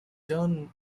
turn